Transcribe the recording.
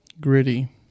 Gritty